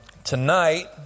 tonight